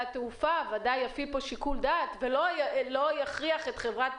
התעופה ודאי יפעיל פה שיקול דעת ולא יכריח את חברת